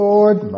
Lord